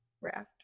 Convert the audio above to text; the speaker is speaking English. raft